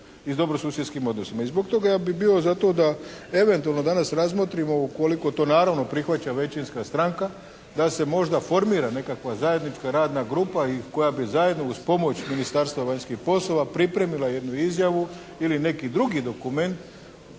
i dobrosusjedskim odnosima. I zbog toga ja bih bio za to da eventualno danas razmotrimo ukoliko to naravno prihvaća većinska stranka da se možda formira nekakva zajednička radna grupa i koja bi zajedno uz pomoć Ministarstva vanjskih poslova pripremila jednu izjavu ili neki drugi dokument